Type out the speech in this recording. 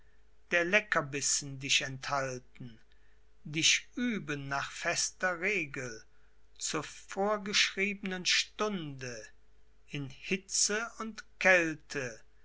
der leckerbissen dich enthalten dich üben nach fester regel zur vorgeschriebenen stunde in hitze und kälte